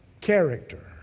character